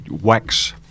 wax